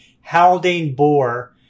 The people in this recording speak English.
Haldane-Bohr